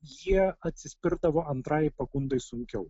jie atsispirdavo antrai pagundai sunkiau